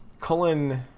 Cullen